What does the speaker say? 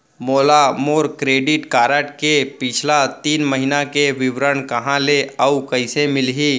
मोला मोर credit card के पिछला तीन महीना के विवरण कहाँ ले अऊ कइसे मिलही?